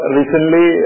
recently